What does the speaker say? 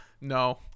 No